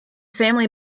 family